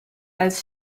als